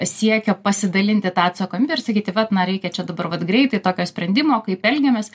siekio pasidalinti tą atsakomybę ir sakyti vat na reikia čia dabar vat greitai tokio sprendimo kaip elgiamės